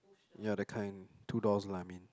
ya that kind two doors lah I mean